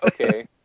okay